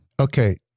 Okay